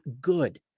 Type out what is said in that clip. good